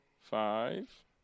five